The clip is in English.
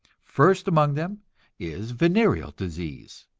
first among them is venereal disease.